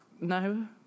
no